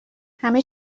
همه